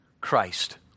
Christ